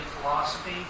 Philosophy